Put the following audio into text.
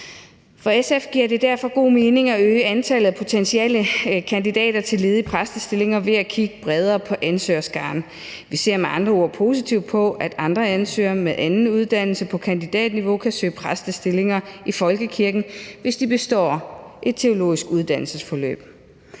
For SF giver det derfor god mening at øge antallet af potentielle kandidater til ledige præstestillinger ved at kigge bredere på ansøgerskaren. Vi ser med andre ord positivt på, at andre ansøgere med anden uddannelse på kandidatniveau kan søge præstestillinger i folkekirken, hvis de består et teologisk uddannelsesforløb.